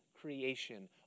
creation